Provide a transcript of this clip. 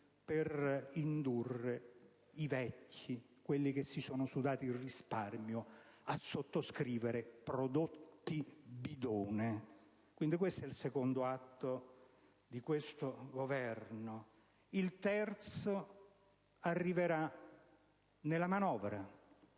per indurre i vecchi, quelli che si sono sudati il risparmio, a sottoscrivere prodotti bidone. Questo è il secondo atto di questo Governo. Il terzo atto arriverà nella manovra.